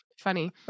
Funny